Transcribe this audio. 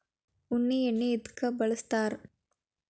ಉಣ್ಣಿ ಎಣ್ಣಿ ಎದ್ಕ ಬಳಸ್ತಾರ್?